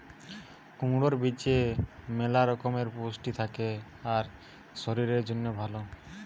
কুমড়োর বীজে ম্যালা রকমের পুষ্টি থাকে আর শরীরের জন্যে ভালো